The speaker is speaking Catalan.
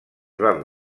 van